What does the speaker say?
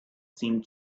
seemed